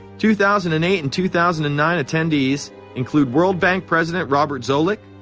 two thousand and eight and two thousand and nine attendees include world bank president robert zoellick,